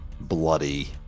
bloody